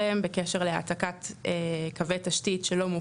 אליהן בקשר להעתקת קווי תשתית שלא מופו.